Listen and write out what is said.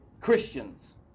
Christians